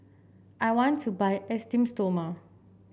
I want to buy Esteem Stoma